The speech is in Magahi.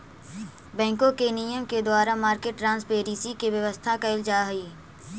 बैंकों के नियम के द्वारा मार्केट ट्रांसपेरेंसी के व्यवस्था कैल जा हइ